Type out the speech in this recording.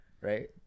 Right